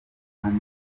kandi